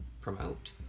promote